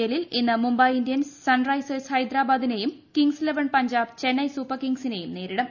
എല്ലിൽ ഇന്ന് Mumbai Indians sun risers ഹൈദരാബാദിനെയും kings eleven Punjab Chennai super കിങ്സിനെയും നേരിടും